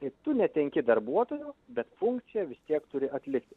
tai tu netenki darbuotojo bet funkciją vis tiek turi atlikti